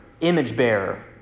image-bearer